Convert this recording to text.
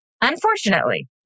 Unfortunately